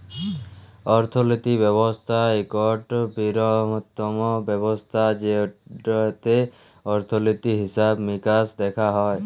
অর্থলিতি ব্যবস্থা ইকট বিরহত্তম ব্যবস্থা যেটতে অর্থলিতি, হিসাব মিকাস দ্যাখা হয়